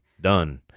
done